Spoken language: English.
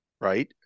Right